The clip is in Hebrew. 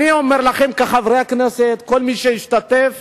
אני אומר לכם, חברי הכנסת, כל מי שהשתתף